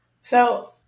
So-